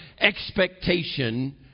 expectation